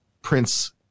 prince